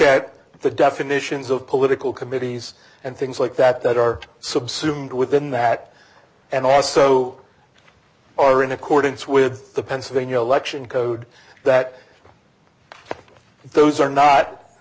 at the definitions of political committees and things like that that are subsumed within that and also are in accordance with the pennsylvania election code that those are not